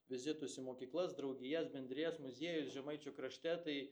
vizitus į mokyklas draugijas bendrijas muziejus žemaičių krašte tai